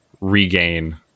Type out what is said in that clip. Regain